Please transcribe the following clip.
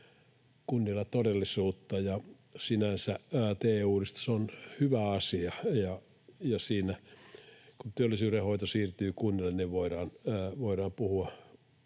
kunnilla todellisuutta, ja sinänsä TE-uudistus on hyvä asia. Siinä, kun työllisyyden hoito siirtyy kunnille, voidaan puhua